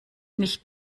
nicht